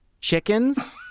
Chickens